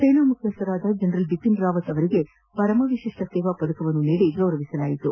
ಸೇನಾ ಮುಖ್ಯಸ್ಥ ಜನರಲ್ ಬಿಪಿನ್ ರಾವತ್ ಅವರಿಗೆ ಪರಮ ವಿಶಿಷ್ಠ ಸೇವಾ ಪದಕವನ್ನು ನೀಡಿ ಗೌರವಿಸಲಾಯಿತು